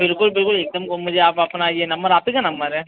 बिल्कुल बिल्कुल एक दम वो मुझे आप अपना ये नंबर आप ही का नंबर है